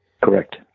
Correct